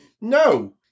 no